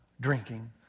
drinking